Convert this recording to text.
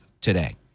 today